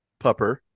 Pupper